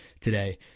today